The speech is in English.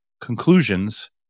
conclusions